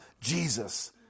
Jesus